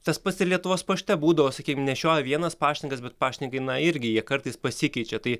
tas pats ir lietuvos pašte būdavo sakykim nešioja vienas paštininkas bet paštininkai na irgi jie kartais pasikeičia tai